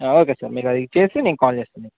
okay sir మీకు అది చేసి నకు కాల్ చేస్తాంను